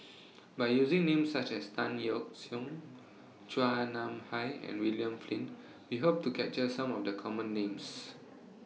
By using Names such as Tan Yeok Seong Chua Nam Hai and William Flint We Hope to capture Some of The Common Names